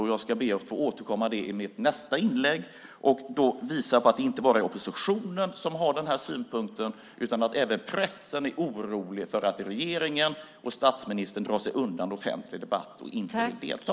Det ska jag be att få återkomma till i mitt nästa inlägg och då visa på att det inte bara är oppositionen som har den här synpunkten. Pressen är också orolig för att regeringen och statsministern drar sig undan offentlig debatt och inte vill delta.